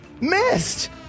Missed